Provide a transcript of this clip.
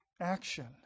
action